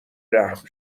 رحم